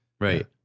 Right